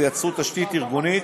ויצרו תשתית ארגונית